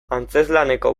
antzezlaneko